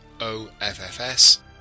OFFS